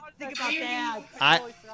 I-